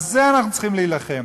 על זה אנחנו צריכים להילחם.